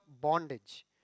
bondage